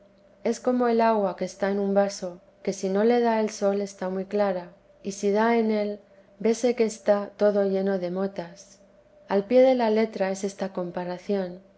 es como el agua que está en un vaso que si no le da el sol está muy claro y si da en él vese que está todo lleno de motas al pie de la letra es esta comparación